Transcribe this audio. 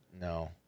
No